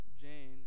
Jane